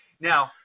Now